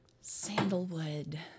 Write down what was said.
sandalwood